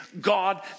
god